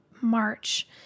march